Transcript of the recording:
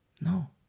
no